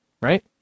right